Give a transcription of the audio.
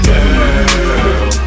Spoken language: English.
Girl